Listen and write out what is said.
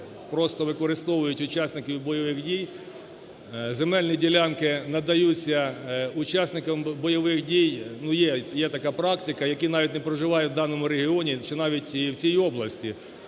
просто використовують учасників бойових дій, земельні ділянки надаються учасникам бойових дій. Ну, є така практика, які навіть не проживають в даному регіоні чи навіть і в цій області.